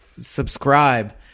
Subscribe